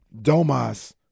Domas